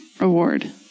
reward